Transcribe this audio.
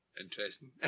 interesting